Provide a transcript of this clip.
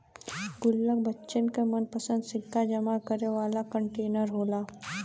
गुल्लक बच्चन क मनपंसद सिक्का जमा करे वाला कंटेनर होला